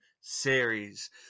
series